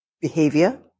behavior